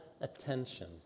attention